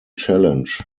challenge